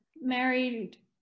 married